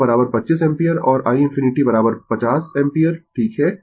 तो i0 25 ampere और i ∞ 15 50 ampere ठीक है